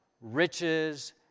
riches